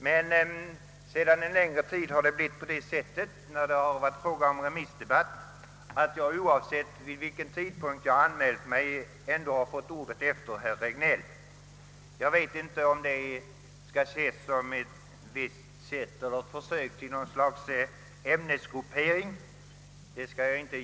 Men sedan en längre tid har det blivit så vid remissdebatter att jag, oavsett vid vilken tidpunkt jag anmält mig, har fått ordet efter herr Regnéll. Jag vet inte om det kan ses som ett försök till något slags ämnesgruppering.